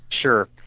sure